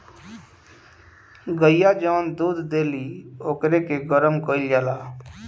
गइया जवन दूध देली ओकरे के गरम कईल जाला